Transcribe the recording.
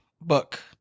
book